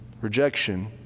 Rejection